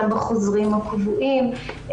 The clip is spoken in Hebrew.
גם בחוזרים הקבועים,